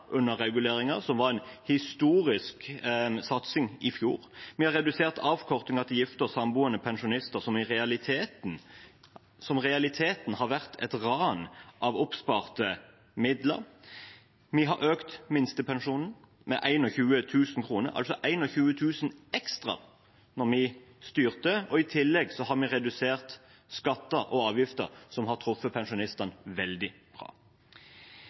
som var en historisk satsing i fjor. Vi har redusert avkortningen til gifte og samboende pensjonister, som i realiteten har vært et ran av oppsparte midler. Vi økte minstepensjonen med 21 000 kr – altså 21 000 kr ekstra – da vi styrte. I tillegg har vi redusert skatter og avgifter, som har truffet pensjonistene veldig bra.